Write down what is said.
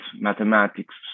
mathematics